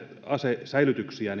asesäilytyksiä